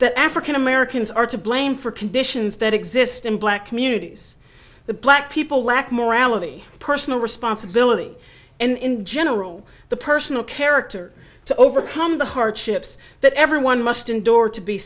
that african americans are to blame for conditions that exist in black communities the black people lack morality personal responsibility and in general the personal character to overcome the hardships that everyone must endure to be